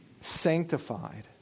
sanctified